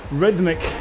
rhythmic